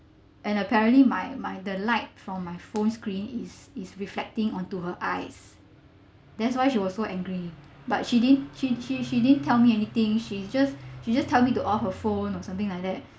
and apparently my my the light from my phone screen is is reflecting onto her eyes that's why she was so angry but she didn't she she she didn't tell me anything she just she just tell me to off the phone or something like that